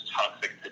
toxic